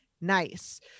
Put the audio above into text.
nice